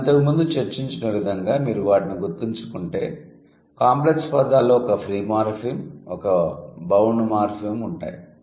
మనం ఇంతకు ముందు చర్చించిన విధంగా మీరు వాటిని గుర్తుంచుకుంటే కాంప్లెక్స్ పదాలలో ఒక ఫ్రీ మార్ఫిమ్ ఒక ఒక బౌండ్ మార్ఫిమ్ ఉంటాయి